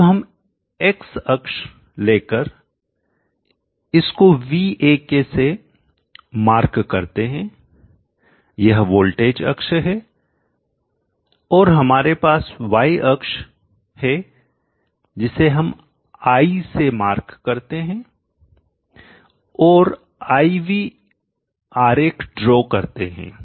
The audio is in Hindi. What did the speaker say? अब हम एक्स अक्ष लेकर इसको Vak से मार्क करते हैं यह वोल्टेज अक्ष हे और हमारे पास वाई अक्ष है जिसे हम i से मार्क करते हैं और I V आरेख ड्रॉ करते हैं